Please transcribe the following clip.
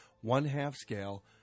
one-half-scale